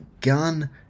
gun